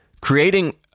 Creating